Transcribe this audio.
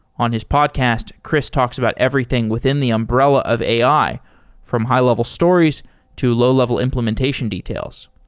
on his podcast, chris talks about everything within the umbrella of ai from high-level stories to low-level implementation details.